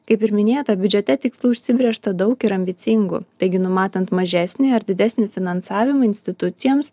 kaip ir minėta biudžete tikslų užsibrėžta daug ir ambicingų taigi numatant mažesnį ar didesnį finansavimą institucijoms